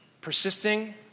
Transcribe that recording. persisting